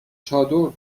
چادر